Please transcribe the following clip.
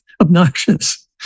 obnoxious